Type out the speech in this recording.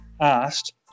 asked